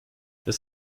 das